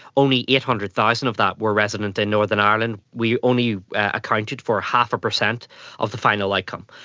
only eight hundred thousand of that were resident in northern ireland. we only accounted for half a percent of the final outcome.